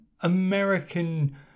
American